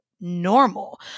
normal